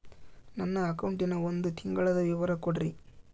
ನನ್ನ ಅಕೌಂಟಿನ ಒಂದು ತಿಂಗಳದ ವಿವರ ಕೊಡ್ರಿ?